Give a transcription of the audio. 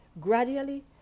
Gradually